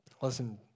Listen